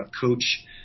coach